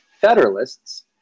Federalists